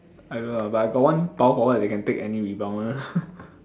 I don't know ah but I got one power forward that can take any rebound [one]